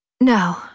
No